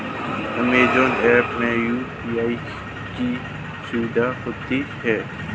Amazon app में UPI की सुविधा होती है